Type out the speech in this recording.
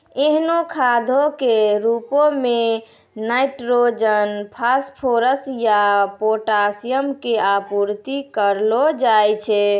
एहनो खादो के रुपो मे नाइट्रोजन, फास्फोरस या पोटाशियम के आपूर्ति करलो जाय छै